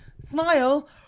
smile